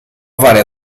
varia